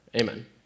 Amen